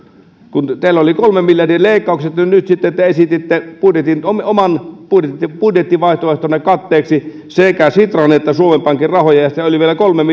kun teillä oli kolmen miljardin leikkaukset niin nyt sitten te esititte oman budjettivaihtoehtonne katteeksi sekä sitran että suomen pankin rahoja ja sitten oli vielä kolmen